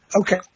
Okay